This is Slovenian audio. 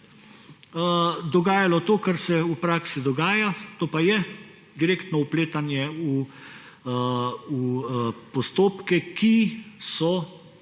dogajalo to, kar se v praksi dogaja. To pa je direktno vpletanje v postopke, ki so